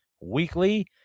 Weekly